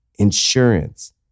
insurance